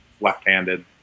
left-handed